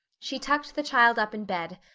she tucked the child up in bed,